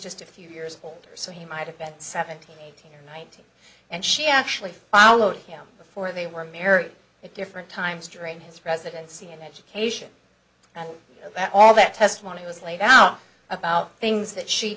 just a few years old so he might have been seventeen eighteen or nineteen and she actually followed him before they were married at different times during his presidency and education and all that test wanted was laid out about things that she